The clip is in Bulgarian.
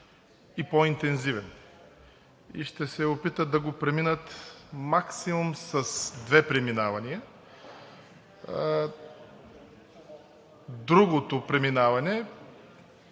по-интензивен и ще се опитат да го преминат максимум с две преминавания. Другото преминаване